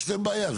יש להם בעיה,